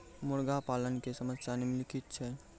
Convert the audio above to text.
मुर्गा पालन के समस्या निम्नलिखित छै